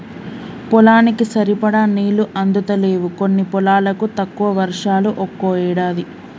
పొలానికి సరిపడా నీళ్లు అందుతలేవు కొన్ని పొలాలకు, తక్కువ వర్షాలు ఒక్కో ఏడాది